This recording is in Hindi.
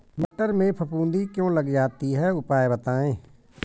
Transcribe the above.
मटर में फफूंदी क्यो लग जाती है उपाय बताएं?